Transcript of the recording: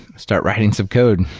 start writing some code,